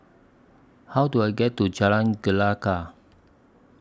How Do I get to Jalan Gelegar